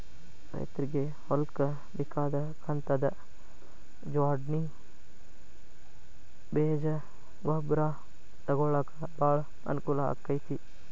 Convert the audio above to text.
ರೈತ್ರಗೆ ಹೊಲ್ಕ ಬೇಕಾದ ಕಂತದ ಜ್ವಾಡ್ಣಿ ಬೇಜ ಗೊಬ್ರಾ ತೊಗೊಳಾಕ ಬಾಳ ಅನಕೂಲ ಅಕೈತಿ